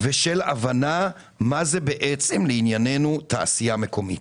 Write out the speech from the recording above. ושל הבנה מה זה בעצם תעשייה מקומית.